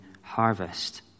harvest